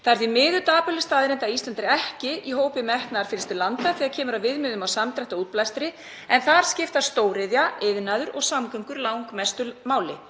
Það er því miður dapurleg staðreynd að Ísland er ekki í hópi metnaðarfyllstu landa þegar kemur að viðmiðum í samdrætti í útblæstri, en þar skipta stóriðja, iðnaður og samgöngur langmestu máli.